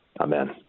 Amen